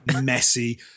Messy